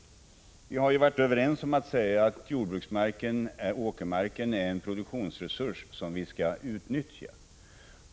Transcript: Vi har ju varit överens om att åkermarken är en produktionsresurs som vi skall utnyttja.